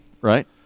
Right